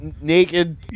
naked